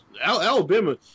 Alabama